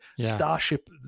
Starship